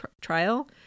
trial